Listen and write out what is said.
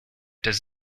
does